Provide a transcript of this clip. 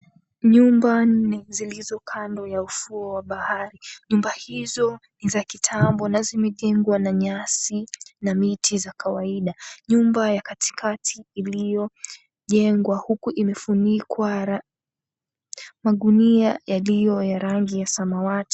Nyumba nne zilizo kando ya ufuo wa bahari. Nyumba hizo ni za kitambo na zimejengwa na nyasi na miti za kawaida. Nyumba ya katikati iliyojengwa huku imefunikwa magunia yaliyo ya rangi ya samawati.